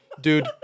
dude